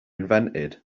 invented